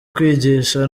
kwigisha